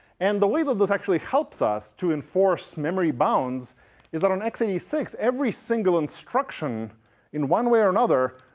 and the way that this actually helps us to enforce memory bounds is that on x eight six, every single instruction in one way or another,